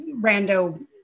rando